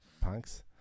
punks